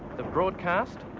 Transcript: the broadcast,